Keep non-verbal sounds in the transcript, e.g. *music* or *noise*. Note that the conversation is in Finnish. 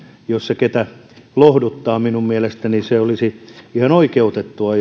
jos se ketä lohduttaa minun mielestäni se olisi ihan oikeutettua *unintelligible*